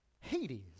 Hades